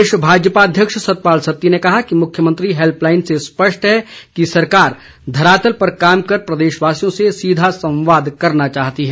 प्रदेश भाजपा अध्यक्ष सतपाल सत्ती ने कहा कि मुख्यमंत्री हैल्पलाईन से स्पष्ट है कि सरकार धरातल पर काम कर प्रदेशवासियों से सीधा संवाद करना चाहती है